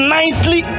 nicely